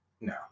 No